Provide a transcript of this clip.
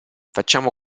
facciamo